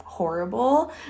Horrible